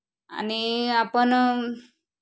आणि आपण